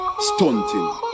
Stunting